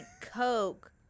Coke